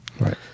Right